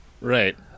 Right